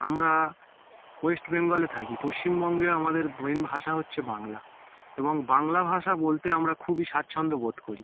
আমরা ওয়েস্ট বেঙ্গলে থাকি পশ্চিমবঙ্গে আমাদের মেন ভাষা হচ্ছে বাংলা এবং বাংলা ভাষা বলতে আমরা খুবই স্বাচ্ছন্দ্য বোধ করি